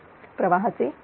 प्रवाहाचे परिमाण